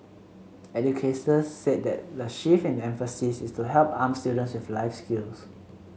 educators said that the shift in emphasis is to help arm students with life skills